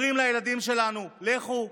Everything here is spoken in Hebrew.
אומרים לילדים שלנו: לכו,